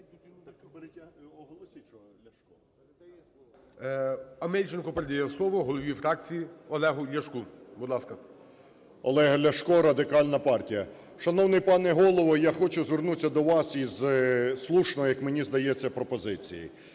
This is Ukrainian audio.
Олег Ляшко, Радикальна партія. Шановний пане Голово, я хочу звернутися до вас із слушною, як мені здається, пропозицією.